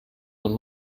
nun